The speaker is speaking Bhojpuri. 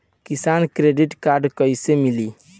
किसान क्रेडिट कार्ड कइसे मिली?